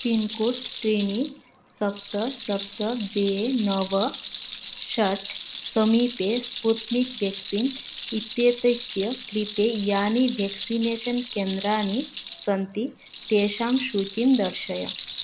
pincode त्रीणि सप्त सप्त द्वे नव षट् समीपे स्पूतनिक् व्याक्सीन् इत्येतस्य कृते यानि व्याक्सिनेषन् केन्द्राणि सन्ति तेषाम् सूचीं दर्शय